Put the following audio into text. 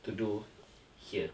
to do here